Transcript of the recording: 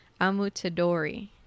amutadori